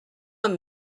amb